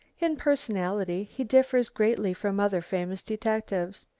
in personality he differs greatly from other famous detectives.